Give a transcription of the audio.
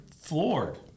floored